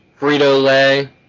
Frito-Lay